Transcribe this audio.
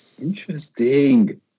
Interesting